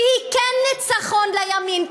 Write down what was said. שהיא כן ניצחון לימין,